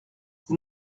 vous